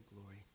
glory